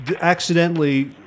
accidentally